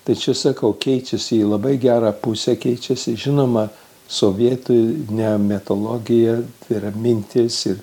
tai čia sakau keičiasi į labai gerą pusę keičiasi žinoma sovietinė mitologija tai yra mintis į